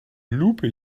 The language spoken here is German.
lupe